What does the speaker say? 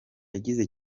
agize